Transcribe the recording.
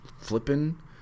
flipping